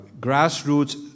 grassroots